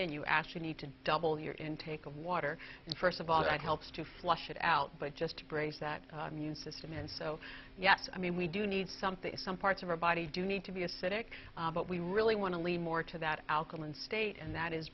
in you actually need to double your intake of water and first of all that helps to flush it out but just breaks that immune system and so yes i mean we do need something some parts of our body do need to be acidic but we really want to lean more to that alkaline state and that is